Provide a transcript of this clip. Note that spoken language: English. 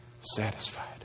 satisfied